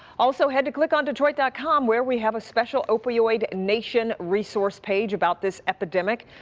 also, head to clickondetroit dot com where we have a special opioid nation resource page about this epidemic.